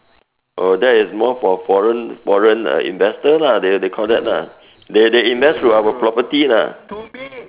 oh that is more for foreign foreign uh investor lah they they call that lah they they invest through our property lah